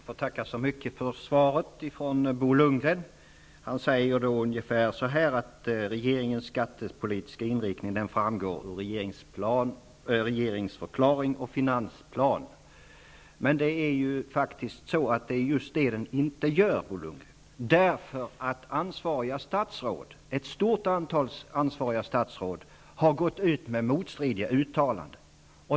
Fru talman! Jag tackar så mycket för svaret från Bo Lundgren. Han säger ungefär att regeringens skattepolitiska inriktning framgår av regeringsförklaring och finansplan. Men det är just det den inte gör, Bo Lundgren, eftersom ett stort antal ansvariga statsråd har gått ut med motstridiga uttalanden.